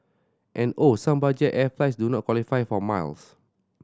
and oh some budget air flights do not qualify for miles